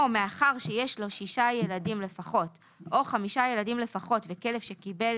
או מאחר שיש לו שישה ילדים לפחות או חמישה ילדים לפחות וכלב שקיבל